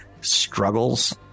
struggles